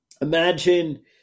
Imagine